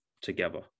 together